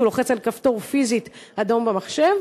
הוא לוחץ פיזית על כפתור אדום במחשב.